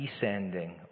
descending